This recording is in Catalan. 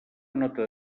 nota